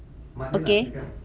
okay